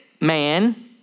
man